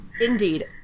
Indeed